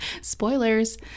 spoilers